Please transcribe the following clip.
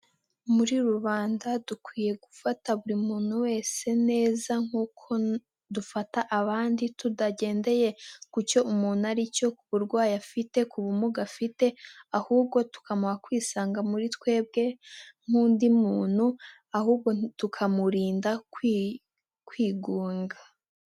Muri rubanda dukwiye gufata buri muntu wese neza nk'uko dufata abandi tudagendeye, ku cyo umuntu ari cyo ku burwayi afite ku bumuga afite, ahubwo tukamuha kwisanga muri twebwe nk'undi muntu ahubwo tukamurinda kwi kwigunga.